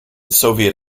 soviet